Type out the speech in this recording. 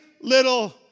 little